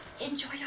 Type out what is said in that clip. Enjoy